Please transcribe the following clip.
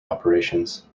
operations